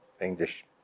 English